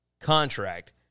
contract